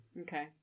Okay